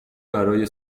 برای